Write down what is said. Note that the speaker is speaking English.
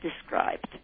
described